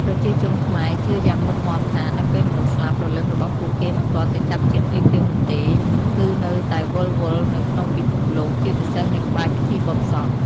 ប្រជាជនខ្មែរជឿយ៉ាងមុតមាំថា នៅពេលមនុស្សស្លាប់ ព្រលឹងរបស់ពួកគេមិនទាន់ទៅចាប់ជាតិភ្លាមៗនោះទេ គឺនៅតែវិលវល់នៅក្នុងពិភពលោក ជាពិសេសនៅក្បែរពិធីបុណ្យសព។